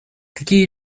какие